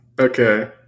Okay